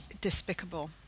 despicable